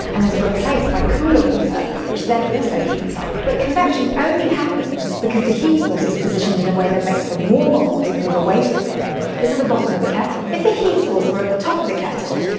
and is replaced by cooler water, which then also heats up. but convection only happens because the heat source is positioned in a way that makes the warmer water move away from it it's at the bottom of the kettle. if the heat source were at the top of the kettle,